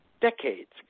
decades